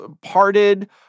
parted